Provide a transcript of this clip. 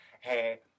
hey